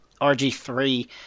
RG3